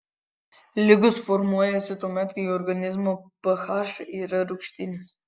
ligos formuojasi tuomet kai organizmo ph yra rūgštinis